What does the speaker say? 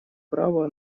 право